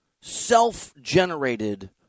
self-generated